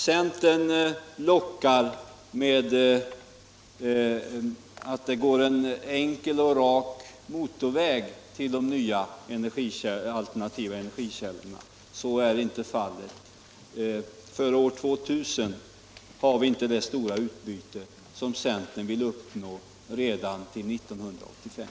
Centern lockar med att det går en enkel och rak motorväg till de nya alternativa energikällorna. Så är inte fallet. Före år 2000 har vi inte det stora utbyte av dessa energiformer som centern vill uppnå redan till 1985.